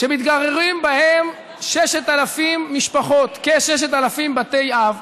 שמתגוררים בהם 6,000 משפחות, כ-6,000 בתי אב,